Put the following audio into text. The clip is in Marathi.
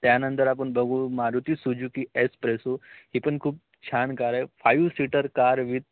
त्यानंतर आपण बघू मारुती सुजूकी एस प्रेसो ही पण खूप छान कार आहे फायू सीटर कार विथ